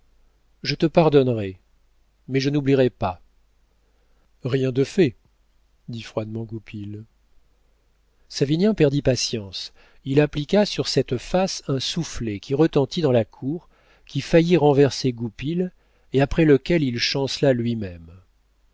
je te pardonnerai mais je n'oublierai pas rien de fait dit froidement goupil savinien perdit patience il appliqua sur cette face un soufflet qui retentit dans la cour qui faillit renverser goupil et après lequel il chancela lui-même